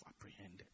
apprehended